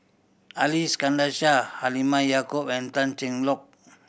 Ali Iskandar Shah Halimah Yacob and Tan Cheng Lock